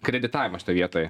kreditavimą šitoj vietoj